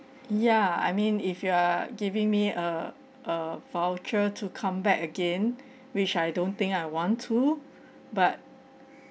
ya I mean if you are giving me a a voucher to come back again which I don't think I want to but